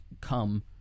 come